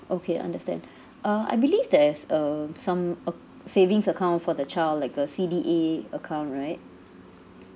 okay understand uh I believe there is um some acc~ savings account for the child like a C_D_A account right